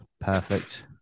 perfect